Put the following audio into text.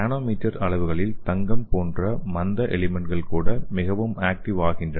nanometre அளவுகளில் தங்கம் போன்ற மந்த எலிமென்ட்கள் கூட மிகவும் ஆக்டிவ் ஆகின்றன